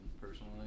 personally